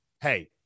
Hey